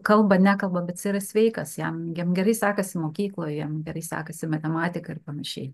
kalba nekalba bet jis yra sveikas jam gerai sekasi mokykloje jam gerai sekasi matematika ir panašiai